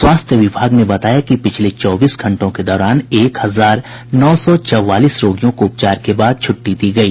स्वास्थ्य विभाग ने बताया है कि पिछले चौबीस घंटों के दौरान एक हजार नौ सौ चौवालीस रोगियों को उपचार के बाद छ्ट्टी दी गयी